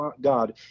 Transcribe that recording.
God